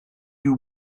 you